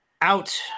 Out